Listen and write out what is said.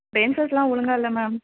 பெஞ்ச்செஸ்லாம் ஒழுங்கா இல்லை மேம்